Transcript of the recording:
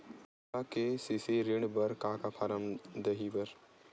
मोला के.सी.सी ऋण बर का का फारम दही बर?